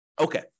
Okay